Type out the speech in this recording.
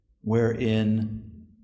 wherein